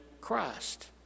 Christ